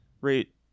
rate